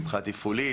מבחינה תפעולית,